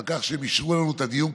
על כך שהם אישרו לנו את הדיון.